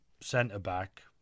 centre-back